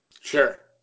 Sure